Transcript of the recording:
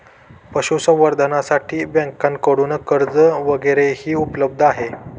पशुसंवर्धनासाठी बँकांकडून कर्ज वगैरेही उपलब्ध आहे